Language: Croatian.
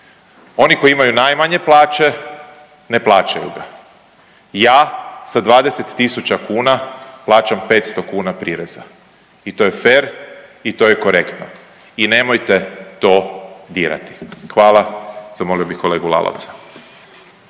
oni koji imaju najmanje plaće ne plaćaju ga, ja sa 20 tisuća kuna plaćam 500 kuna prireza i to je fer i to je korektno i nemojte to dirati. Hvala. Zamolio bih kolegu Lalovca.